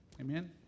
Amen